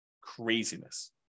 Craziness